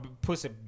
pussy